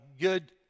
good